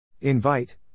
Invite